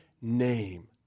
name